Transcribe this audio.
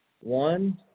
one